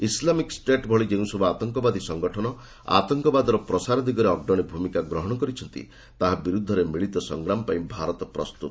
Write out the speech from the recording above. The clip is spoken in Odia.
ଇସଲାମିକ୍ ଷ୍ଟେଟ୍ ଭଳି ଯେଉଁସବୁ ଆତଙ୍କବାଦୀ ସଂଗଠନ ଆତଙ୍କବାଦର ପ୍ରସାର ଦିଗରେ ଅଗ୍ରଣୀ ଭୂମିକା ଗ୍ରହଣ କରିଛନ୍ତି ତାହା ବିରୁଦ୍ଧରେ ମିଳିତ ସଂଗ୍ରାମ ପାଇଁ ଭାରତ ପ୍ରସ୍ତୁତ